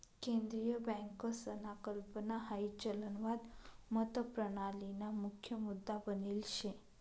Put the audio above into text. केंद्रीय बँकसना कल्पना हाई चलनवाद मतप्रणालीना मुख्य मुद्दा बनेल शे